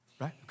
Right